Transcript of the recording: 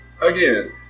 again